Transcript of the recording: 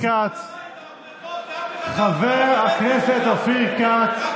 שר המים והבריכות, זה, חבר הכנסת אופיר כץ.